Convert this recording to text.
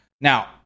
now